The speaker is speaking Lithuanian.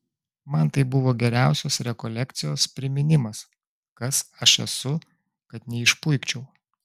man tai buvo geriausios rekolekcijos priminimas kas aš esu kad neišpuikčiau